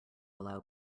allow